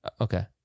Okay